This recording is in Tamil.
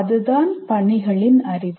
அதுதான் பணிகளின் அறிவு